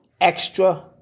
extra